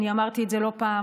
ואני אמרתי את זה לא פעם,